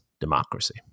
Democracy